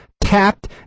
tapped